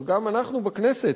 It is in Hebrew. אז גם אנחנו בכנסת,